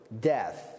death